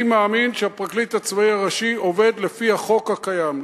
אני מאמין שהפרקליט הצבאי הראשי עובד לפי החוק הקיים,